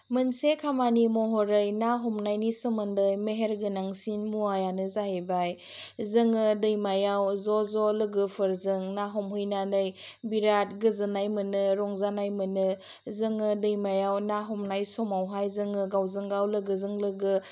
मोनसे खामानि महरै ना हमनायनि सोमोन्दै मेहेर गोनांसिन मुवायानो जाहैबाय जोङो दैमायाव ज' ज' लोगोफोरजों ना हमहैनानै बिराथ गोजोन्नाय मोनो रंजानाय मोनो जोङो दैमायाव ना हमनाय समावहाय जोङो गावजों गाव लोगोजों लोगो